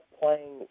playing